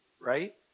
right